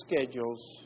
schedules